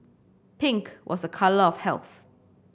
pink was a colour of health